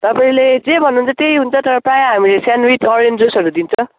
तपाईँले जे भन्नुहुन्छ त्यही हुन्छ तर प्रायः हामीले सेन्डविच ओरेन्ज जुसहरू दिन्छ